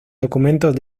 documentos